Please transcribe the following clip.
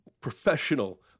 professional